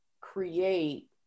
create